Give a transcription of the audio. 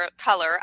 Color